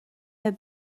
have